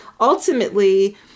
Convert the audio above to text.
ultimately